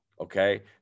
Okay